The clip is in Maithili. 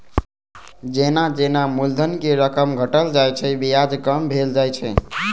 जेना जेना मूलधन के रकम घटल जाइ छै, ब्याज कम भेल जाइ छै